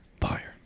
Fire